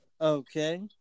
Okay